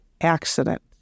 accident